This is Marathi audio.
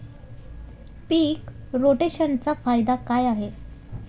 पीक रोटेशनचा फायदा काय आहे?